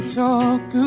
talk